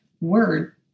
word